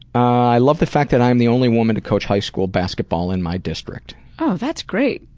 i love the fact that i am the only woman to coach high school basketball in my district. oh that's great.